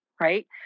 right